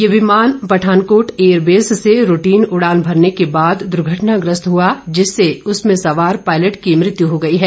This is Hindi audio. ये विमान पठानकोट एयरबेस से रूटीन उड़ान भरने के बाद दुर्घटनाग्रस्त हुआ जिससे उसमें सवार पायलट की मृत्यु हो गई है